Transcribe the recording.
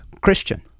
Christian